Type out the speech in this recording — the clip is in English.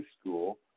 school